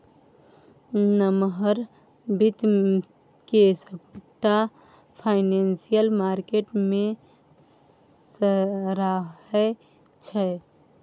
नमहर बित्त केँ सबटा फाइनेंशियल मार्केट मे सराहै छै